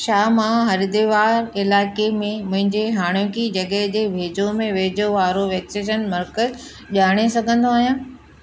छा मां हरिद्वार इलाइक़े में मुंहिंजे हाणोकी जॻहि जे वेझो में वेझो वारो वैक्सेशन मर्कज़ ॼाणे सघंदो आहियां